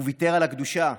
הוא ויתר על הקדושה.